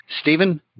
Stephen